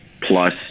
plus